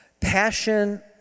Passion